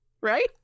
Right